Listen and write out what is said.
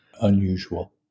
unusual